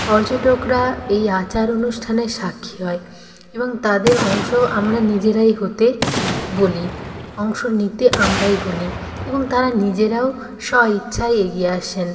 পর্যটকরা এই আচার অনুষ্ঠানের সাক্ষী হয় এবং তাদের অংশ আমরা নিজেরাই হতে বলি অংশ নিতে আমরাই বলি এবং তারা নিজেরাও স্ব ইচ্ছায় এগিয়ে আসেন